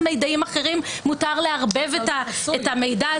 עם איזה מידעים אחרים מותר לערבב את המידע הזה?